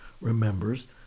remembers